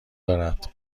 دارد